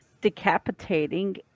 decapitating